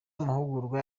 mahugurwa